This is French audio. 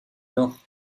nord